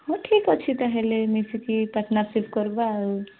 ହଁ ଠିକ୍ ଅଛି ତାହେଲେ ମିଶିକି ପାର୍ଟନର୍ସିପ୍ କରିବା ଆଉ